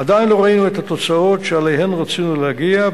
עדיין לא ראינו את התוצאות שאליהן רצינו להגיע,